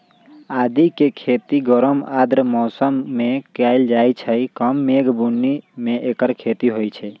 आदिके खेती गरम आर्द्र मौसम में कएल जाइ छइ कम मेघ बून्नी में ऐकर खेती होई छै